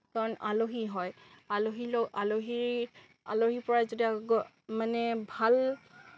কাৰণ আলহী হয় আলহী ল আলহী আলহীৰ পৰা যদি মানে ভাল